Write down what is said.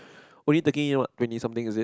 only taking what twenty something is it